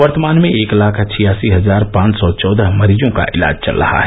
वर्तमान में एक लाख छियासी हजार पांच सौ चौदह मरीजों का इलाज चल रहा है